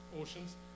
oceans